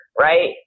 right